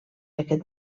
aquest